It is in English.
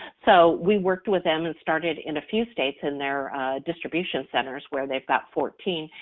so we worked with them and started in a few states in their distribution centers where they've got fourteen,